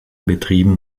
betrieben